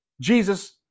Jesus